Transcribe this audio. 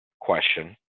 question